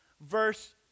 verse